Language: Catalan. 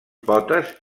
potes